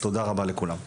תודה רבה לכולם.